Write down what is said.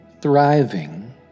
thriving